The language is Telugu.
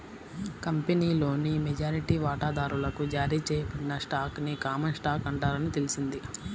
కంపెనీలోని మెజారిటీ వాటాదారులకు జారీ చేయబడిన స్టాక్ ని కామన్ స్టాక్ అంటారని తెలిసింది